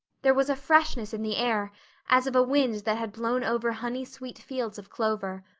there was a freshness in the air as of a wind that had blown over honey-sweet fields of clover.